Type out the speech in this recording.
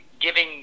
giving